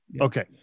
Okay